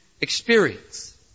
experience